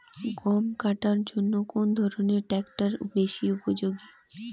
গম কাটার জন্য কোন ধরণের ট্রাক্টর বেশি উপযোগী?